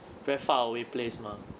very far away place mah